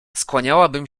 skłaniałabym